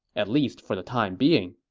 at least for the time being?